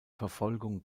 verfolgung